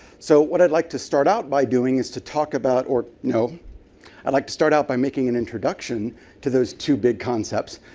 so what i'd like to start out by doing is to talk about no. i'd like to start out by making an introduction to those two big concepts,